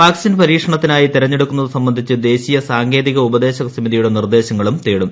vaccine പരീക്ഷണത്തിനായി തെരഞ്ഞെടുക്കുന്നത് സംബന്ധിച്ച് ദേശീയ സാങ്കേതിക ഉപദേശക സമിതിയുടെ നിർദ്ദേശങ്ങളും തേടും